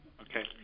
Okay